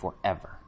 forever